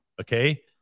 Okay